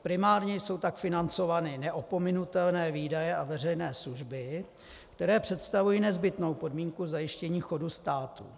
Primárně jsou tak financovány neopominutelné výdaje a veřejné služby, které představují nezbytnou podmínku zajištění chodu státu.